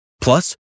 Plus